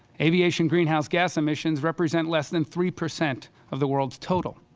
aviation greenhouse gas emissions represent less than three percent of the world's total.